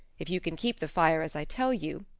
if you can keep the fire as i tell you,